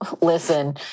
Listen